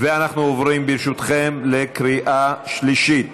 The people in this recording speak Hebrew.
אנחנו עוברים, ברשותכם, לקריאה שלישית.